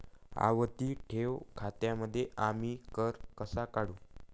आवर्ती ठेव खात्यांमध्ये आम्ही कर कसा काढू?